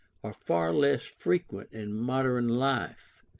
are far less frequent in modern life,